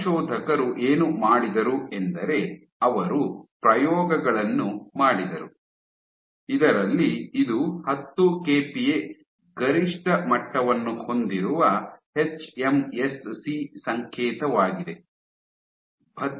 ಸಂಶೋಧಕರು ಏನು ಮಾಡಿದರು ಎಂದರೆ ಅವರು ಪ್ರಯೋಗಗಳನ್ನು ಮಾಡಿದರು ಇದರಲ್ಲಿ ಇದು ಹತ್ತು ಕೆಪಿಎ ಗರಿಷ್ಠ ಮಟ್ಟವನ್ನು ಹೊಂದಿರುವ ಎಚ್ಎಂಎಸ್ಸಿ ಸಂಕೇತವಾಗಿದೆ